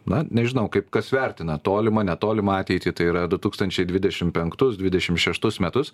na nežinau kaip kas vertina tolimą netolimą ateitį tai yra du tūkstančiai dvidešim penktus dvidešim šeštus metus